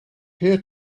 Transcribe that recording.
peer